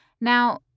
Now